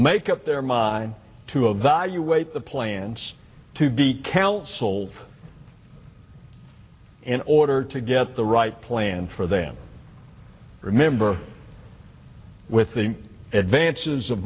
make up their mind to evaluate the plans to be cal soul in order to get the right plan for them remember with the advances of